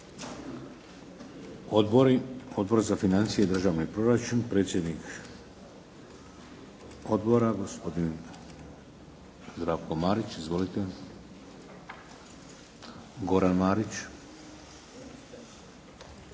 Odbor za financije i državni proračun, predsjednik odbora gospodin Goran Marić. Izvolite. **Marić,